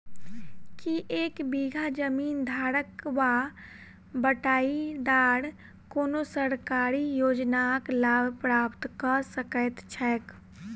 की एक बीघा जमीन धारक वा बटाईदार कोनों सरकारी योजनाक लाभ प्राप्त कऽ सकैत छैक?